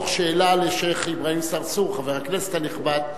תוך שאלה לשיח' אברהים צרצור, חבר הכנסת הנכבד,